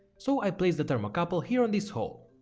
so i place the thermocouple here on this hole.